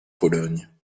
pologne